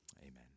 amen